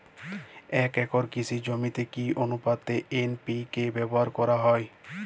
এক একর কৃষি জমিতে কি আনুপাতে এন.পি.কে ব্যবহার করা হয়?